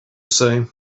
say